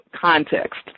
context